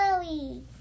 Chloe